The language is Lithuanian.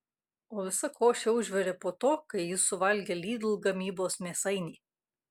o visa košė užvirė po to kai jis suvalgė lidl gamybos mėsainį